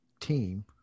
team